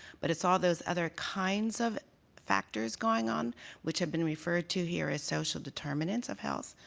but it's all those other kinds of factors going on which have been referred to here as social determinants of health,